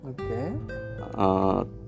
Okay